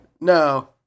No